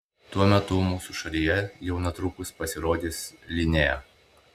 tuo metu mūsų šalyje jau netrukus pasirodys linea